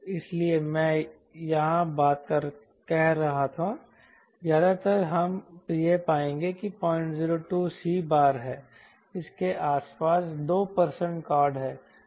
इसलिए मैं यहां बात कर रहा था ज्यादातर हम यह पाएंगे कि यह 002 𝑐͞ है इसके आसपास 2 कॉर्ड है